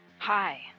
Hi